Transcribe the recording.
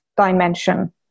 dimension